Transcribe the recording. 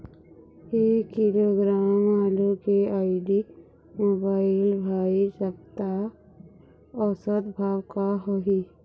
एक किलोग्राम आलू के आईडी, मोबाइल, भाई सप्ता औसत भाव का होही?